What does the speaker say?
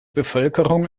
bevölkerung